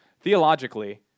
Theologically